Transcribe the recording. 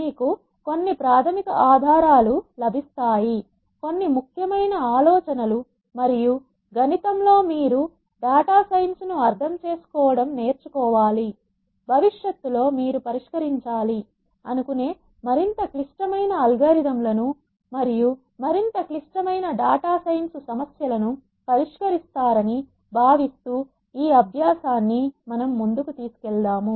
మీకు కొన్ని ప్రాథమిక ఆధారాలు లభిస్తాయి కొన్ని ముఖ్యమైన ఆలోచనలు మరియు గణితంలో మీరు డేటా సైన్స్ ను అర్థం చేసుకోవడం నేర్చుకోవాలి భవిష్యత్తు లో మీరు పరిష్కరించాలి అనుకునే మరింత క్లిష్టమైన అల్గోరిథం లను మరియు మరింత క్లిష్టమైన డాటా సైన్సు సమస్యలను పరిష్కరిస్తారని భావిస్తూ ఈ అభ్యాసాన్ని మనం ముందుకు తీసుకెళ్దాం